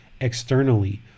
externally